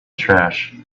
trash